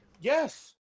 yes